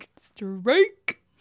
Strike